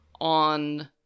on